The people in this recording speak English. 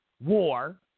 war